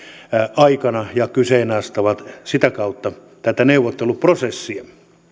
aikana ja kyseenalaistavat sitä kautta tätä neuvotteluprosessia tämä on